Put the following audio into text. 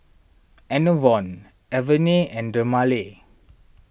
Enervon Avene and Dermale